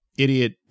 idiot